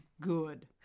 Good